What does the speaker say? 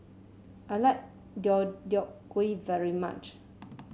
I like Deodeok Gui very much